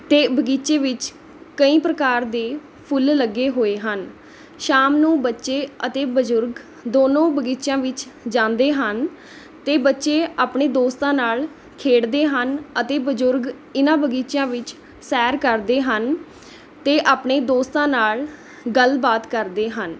ਅਤੇ ਬਗ਼ੀਚੇ ਵਿੱਚ ਕਈ ਪ੍ਰਕਾਰ ਦੇ ਫੁੱਲ ਲੱਗੇ ਹੋਏ ਹਨ ਸ਼ਾਮ ਨੂੰ ਬੱਚੇ ਅਤੇ ਬਜ਼ੁਰਗ ਦੋਨੋਂ ਬਗ਼ੀਚਿਆਂ ਵਿੱਚ ਜਾਂਦੇ ਹਨ ਅਤੇ ਬੱਚੇ ਆਪਣੇ ਦੋਸਤਾਂ ਨਾਲ਼ ਖੇਡਦੇ ਹਨ ਅਤੇ ਬਜ਼ੁਰਗ ਇਨ੍ਹਾਂ ਬਗ਼ੀਚਿਆਂ ਵਿੱਚ ਸੈਰ ਕਰਦੇ ਹਨ ਅਤੇ ਆਪਣੇ ਦੋਸਤਾਂ ਨਾਲ਼ ਗੱਲਬਾਤ ਕਰਦੇ ਹਨ